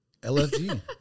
LFG